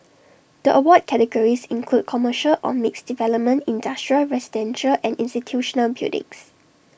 the award categories include commercial or mixed development industrial residential and institutional buildings